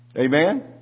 Amen